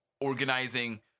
organizing